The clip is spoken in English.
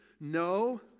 No